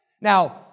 Now